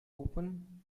open